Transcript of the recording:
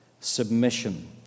submission